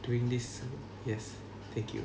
doing this yes thank you